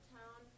town